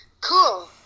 cool